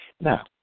Now